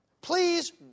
Please